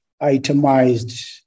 itemized